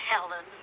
Helen